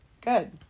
Good